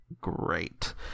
great